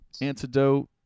antidote